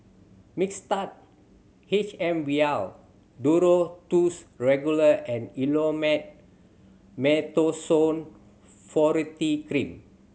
Mixtard H M Vial Duro Tuss Regular and Elomet Mometasone Furoate Cream